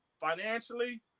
financially